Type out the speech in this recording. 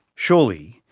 surely,